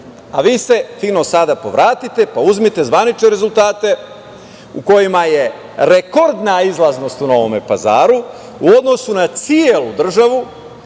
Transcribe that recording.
a, vi se sada fino povratite, pa uzmite zvanične rezultate, u kojima je rekordna izlaznost u Novom Pazaru, u odnosu na celu državu,